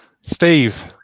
Steve